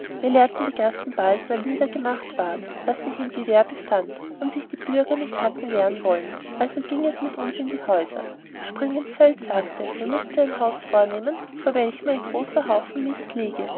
leerten die gassen bald weil niedergemacht ward was sich im gewehr befand und sich die bürger nicht hatten wehren wollen also gieng es mit uns in die häuser springinsfeld sagte wir müßten ein haus vornehmen vor welchem ein großer haufen